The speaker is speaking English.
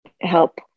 help